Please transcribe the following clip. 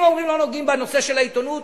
אם אומרים שלא נוגעים בנושא של העיתונות,